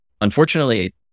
Unfortunately